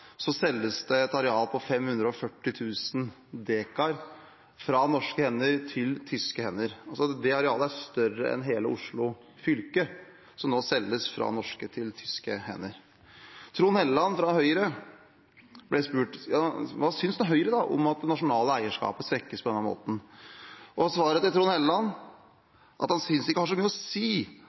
selges det et areal på 540 000 dekar fra norske til tyske hender. Det arealet er større enn hele Oslo fylke. Representanten Trond Helleland fra Høyre ble spurt om hva Høyre syntes om at det nasjonale eierskapet svekkes på denne måten. Svaret til Trond Helleland var at han ikke synes det har så mye å si